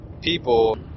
people